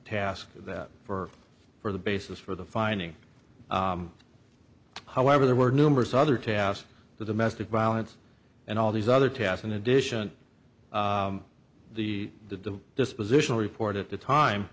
task that for for the basis for the finding however there were numerous other tasks the domestic violence and all these other tasks in addition the the dispositional report at the time